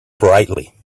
brightly